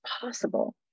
possible